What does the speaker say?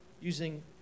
using